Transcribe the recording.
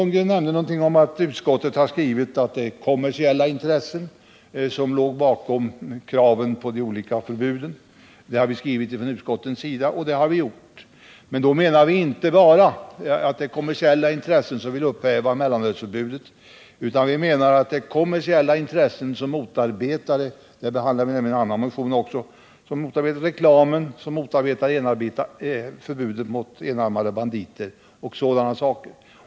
Bo Lundgren nämnde att utskottet skrivit att kommersiella intressen motsatt sig de olika förbuden. Ja, detta har utskottet skrivit, men då menar vi att de kommersiella intressena inte bara vill upphäva mellanölsförbudet. Det var kommersiella intressen som motarbetade även förbudet mot reklam och förbudet mot enarmade banditer.